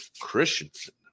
christensen